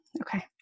Okay